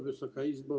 Wysoka Izbo!